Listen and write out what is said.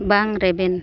ᱵᱟᱝ ᱨᱮᱵᱮᱱ